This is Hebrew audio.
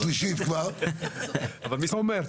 שלישית, אבל מי סופר,